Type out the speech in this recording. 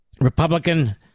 Republican